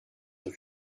that